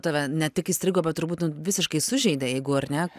tave ne tik įstrigo bet turbūt visiškai sužeidė jeigu ar ne